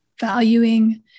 valuing